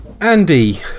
Andy